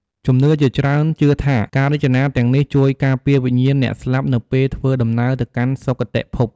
ជំនឿជាច្រើនជឿថា ការរចនាទាំងនេះជួយការពារវិញ្ញាណអ្នកស្លាប់នៅពេលធ្វើដំណើរទៅកាន់សុគតភព។